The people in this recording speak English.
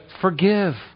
forgive